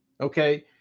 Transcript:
Okay